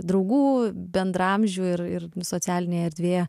draugų bendraamžių ir ir socialinėje erdvėje